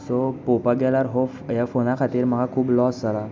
so पळोवपाक गेल्याक हो ह्या फोना खातीर म्हाका खूब लॉस जाला